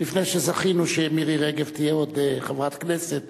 לפני שזכינו שמירי רגב תהיה חברת כנסת,